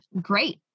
great